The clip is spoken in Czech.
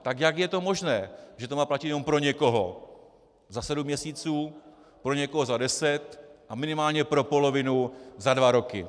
Tak jak je to možné, že to má platit jenom pro někoho za sedm měsíců, pro někoho za deset a minimálně pro polovinu za dva roky?